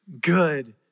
good